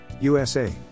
USA